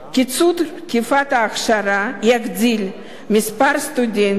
קיצור תקופת האכשרה יגדיל את מספר הסטודנטיות